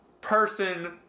person